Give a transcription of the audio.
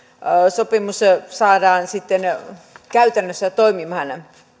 sopimus saadaan käytännössä toimimaan